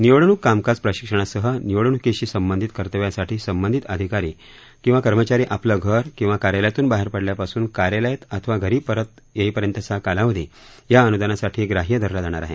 निवडणूक कामकाज प्रशिक्षणासह निवडणूकीशी संबंधित कर्तव्यासाठी संबंधित अधिकारी किंवा कर्मचारी आपलं घर किंवा कार्यालयातून बाहेर पडल्यापासून कार्यालयात किंवा घरी परत येईपर्यंतचा कालावधी या अनुदानासाठी ग्राह्य धरला जाणार आहे